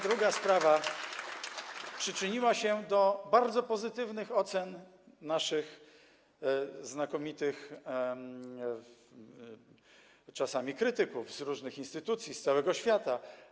Druga sprawa przyczyniła się do bardzo pozytywnych ocen naszych znakomitych czasami krytyków z różnych instytucji, z całego świata.